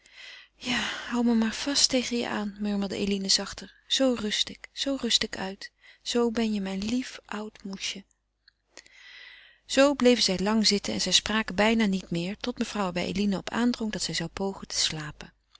ja hou me maar vast tegen je aan murmelde eline zachter zoo rust ik zoo rust ik uit zoo ben je mijn lief oud moesje zoo bleven zij lang zitten en zij spraken bijna niet meer tot mevrouw er bij eline op aandrong dat ze zou pogen te slapen